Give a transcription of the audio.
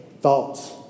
thoughts